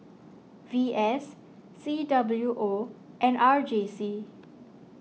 V S C W O and R J C